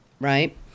Right